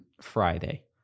Friday